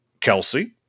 Kelsey